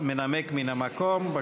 46 בעד, אין נמנעים, אין מתנגדים.